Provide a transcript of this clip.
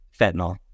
Fentanyl